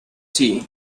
tea